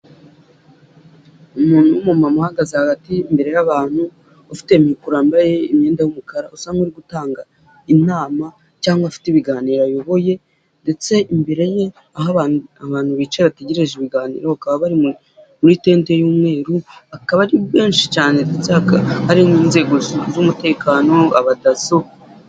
Umuntu w'umumama uhagaze hagati imbere y'abantu, ufite mikoro yambaye imyenda'umukara usa nk'uri gutanga inama cyangwa afite ibiganiro ayoboye ndetse imbere ye ,aho abantu bicaye bategereje ibiganiro bakaba bari muri tente y'umweru, akaba ari benshi cyane ndetse hakaba hari n'inzego z'umutekano, abadaso.